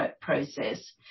process